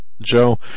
Joe